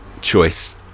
choice